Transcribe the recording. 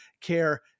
care